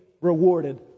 rewarded